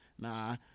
Nah